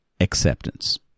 acceptance